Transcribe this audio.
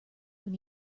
when